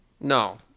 No